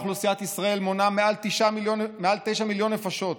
אוכלוסיית ישראל מונה מעל 9 מיליון נפשות,